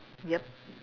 yup